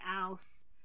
else